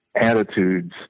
attitudes